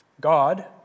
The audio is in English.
God